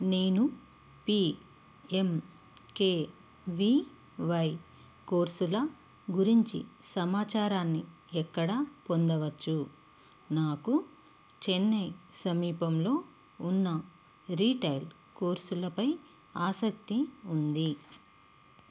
నేను P M K V Y కోర్సుల గురించి సమాచారాన్ని ఎక్కడ పొందవచ్చు నాకు చెన్నై సమీపంలో ఉన్న రిటైల్ కోర్సులపై ఆసక్తి ఉంది